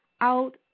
out